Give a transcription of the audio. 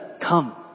come